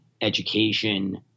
education